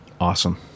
awesome